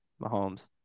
Mahomes